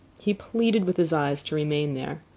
he pleaded with his eyes to remain there.